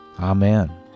Amen